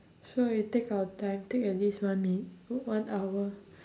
so we take our time take at least one min~ one hour